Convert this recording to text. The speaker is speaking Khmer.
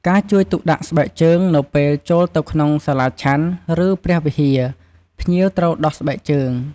ការលើកទឹកចិត្តភ្ញៀវឲ្យចូលរួមធ្វើបុណ្យ ពួកគាត់អាចលើកទឹកចិត្តភ្ញៀវឲ្យចូលរួមធ្វើបុណ្យ ឬដាក់បាត្រ ដើម្បីរួមចំណែកកសាងកុសលផលបុណ្យ។